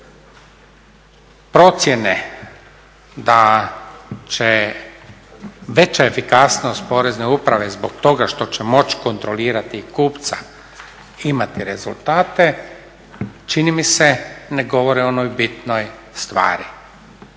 Procjene da će veća efikasnost Porezne uprave zbog toga što će moći kontrolirati kupca imati rezultate čini mi se ne govore o onoj bitnoj stvari,